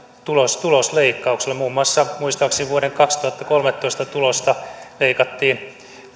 tulosleikkauksilla muun muassa muistaakseni vuoden kaksituhattakolmetoista tulosta leikattiin